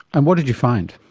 and what did you find?